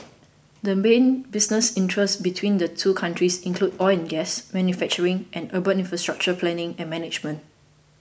the main business interests between the two countries include oil and gas manufacturing and urban infrastructure planning and management